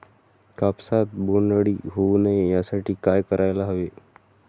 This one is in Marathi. कापसात बोंडअळी होऊ नये यासाठी काय करायला हवे?